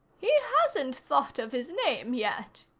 he hasn't thought of his name yet,